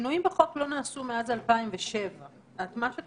שינויים בחוק לא נעשו מאז 2007. מה שאת